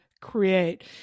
create